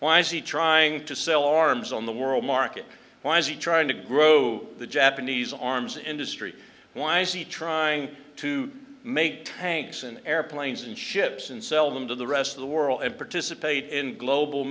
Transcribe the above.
why is he trying to sell arms on the world market why is he trying to grow the japanese arms industry why is he trying to make tanks and airplanes and ships and sell them to the rest of the world and participate in global